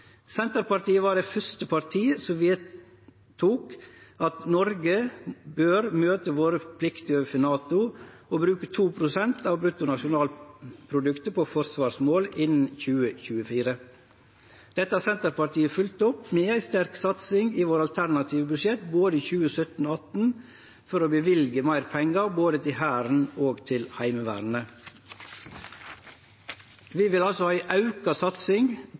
Senterpartiet var det første partiet som vedtok at Noreg bør møte forpliktingane sine i NATO og bruke 2 pst. av bruttonasjonalproduktet på forsvarsmål innan 2024. Dette har Senterpartiet følgt opp med ei sterk satsing i sine alternative budsjett både i 2017 og 2018 for å løyve meir pengar både til Hæren og til Heimevernet. Vi vil altså ha ei auka satsing